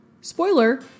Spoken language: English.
Spoiler